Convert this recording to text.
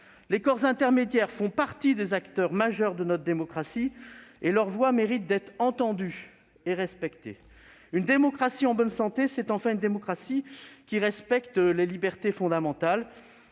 Les corps intermédiaires font partie des acteurs majeurs de notre démocratie et leur voix mérite d'être entendue et respectée. Une démocratie en bonne santé, c'est, enfin, une démocratie qui respecte les libertés fondamentales.